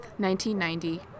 1990